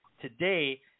today